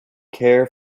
care